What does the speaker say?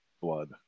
blood